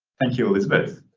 thank you elizabeth.